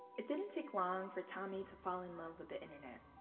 it didn't take long for tommy to fall in love with the internet,